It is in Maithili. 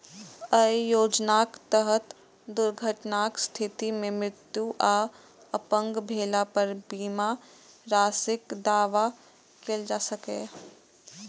अय योजनाक तहत दुर्घटनाक स्थिति मे मृत्यु आ अपंग भेला पर बीमा राशिक दावा कैल जा सकैए